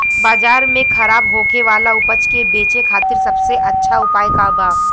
बाजार में खराब होखे वाला उपज के बेचे खातिर सबसे अच्छा उपाय का बा?